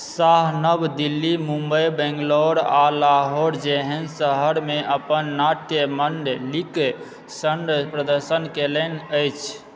शाह नव दिल्ली मुम्बई बैंगलोर आ लाहौर जेहन शहरमे अपन नाट्य मण्डलीक सङ्ग प्रदर्शन कयलनि अछि